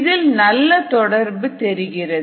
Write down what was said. இதில் நல்லதொடர்பு தெரிகிறது